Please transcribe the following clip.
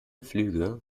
flüge